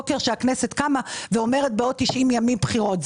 שהכנסת קמה ואומרת שבעוד 90 יום יש בחירות.